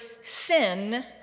sin